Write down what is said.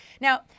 Now